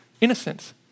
innocence